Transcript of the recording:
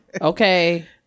okay